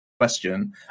question